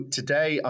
today